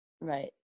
right